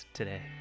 today